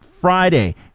Friday